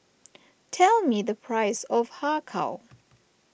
tell me the price of Har Kow